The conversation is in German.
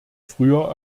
früher